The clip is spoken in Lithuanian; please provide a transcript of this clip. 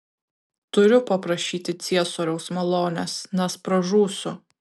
turiu paprašyti ciesoriaus malonės nes pražūsiu